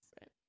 right